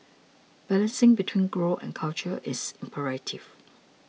balancing between growth and culture is imperative